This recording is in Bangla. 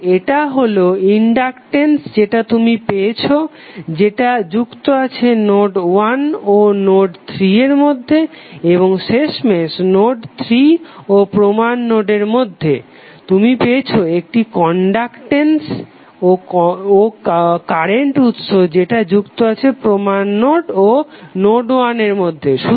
তো এটা হলো সেই ইনডাকটেন্স যেটা তুমি পেয়েছো যেটা যুক্ত আছে নোড 1 ও নোড 3 এর মধ্যে এবং শেষমেশ নোড 3 ও প্রমাণ নোডের মধ্যে তুমি পেয়েছো একটি কনডাকটেন্স ও কারেন্ট উৎস যেটা যুক্ত আছে প্রমাণ নোড ও নোড 1 এর মধ্যে